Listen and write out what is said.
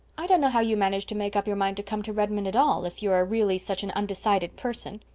i don't know how you managed to make up your mind to come to redmond at all, if you are really such an undecided person,